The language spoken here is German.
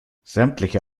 sämtliche